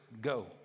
go